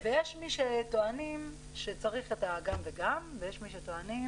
ויש מי שטוענים שצריך גם וגם, ויש מי שטוענים